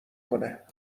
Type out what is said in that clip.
کنه